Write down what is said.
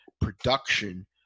production